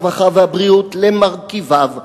הרווחה והבריאות למרכיביו,